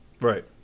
Right